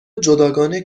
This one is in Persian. جداگانه